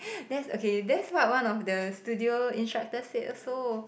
that's okay that's what one of the studio instructor said also